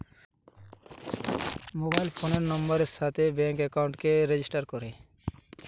mobile ফোনের নাম্বারের সাথে ব্যাঙ্ক একাউন্টকে রেজিস্টার করে